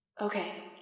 Okay